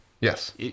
yes